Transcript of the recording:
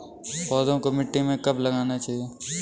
पौधों को मिट्टी में कब लगाना चाहिए?